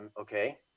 okay